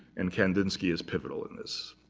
and kandinsky is pivotal in this.